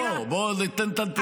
בואי ניתן את הנתונים המדויקים.